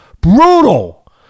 brutal